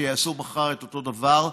שיעשו מחר את אותו דבר.